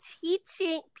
teaching